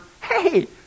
hey